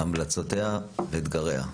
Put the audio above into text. המלצותיה ואתגריה.